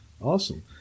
Awesome